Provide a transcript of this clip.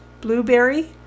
Blueberry